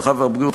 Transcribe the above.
הרווחה והבריאות,